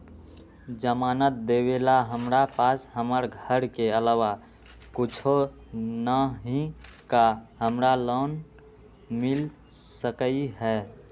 जमानत देवेला हमरा पास हमर घर के अलावा कुछो न ही का हमरा लोन मिल सकई ह?